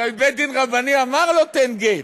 הרי בית-דין רבני אמר לו: תן גט,